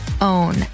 own